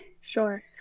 Sure